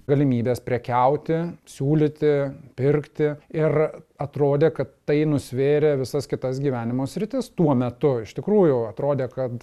galimybės prekiauti siūlyti pirkti ir atrodė kad tai nusvėrė visas kitas gyvenimo sritis tuo metu iš tikrųjų atrodė kad